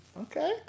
Okay